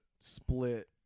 split